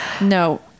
No